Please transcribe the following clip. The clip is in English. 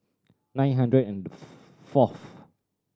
nine hundred and forth